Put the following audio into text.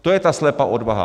To je ta slepá odvaha.